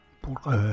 pour